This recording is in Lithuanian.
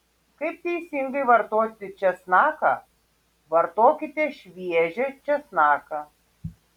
kaip teisingai vartoti česnaką vartokite šviežią česnaką